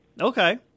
Okay